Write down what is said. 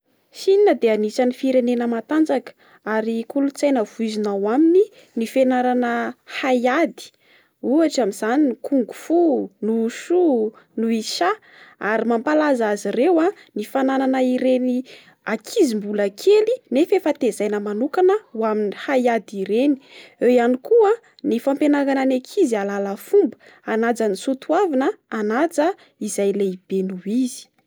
Chine de anisan'ny firenena matanjaka. Ary kolontsaina voizina ao aminy ny fianarana hay ady. Ohatra amin'izany ny kung-fu, ny wushu, ny wisa. Ary mampalaza azy ireo a, ny fananana ireny ankizy mbola kely nefa tezaina manokana ho amin'ny hay ady ireny. Eo iany koa ny fampianarana ny ankizy hahalala fomba, hanaja ny soatoavina, hanaja izay lehibe noho izy.